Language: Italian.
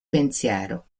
pensiero